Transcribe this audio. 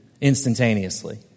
instantaneously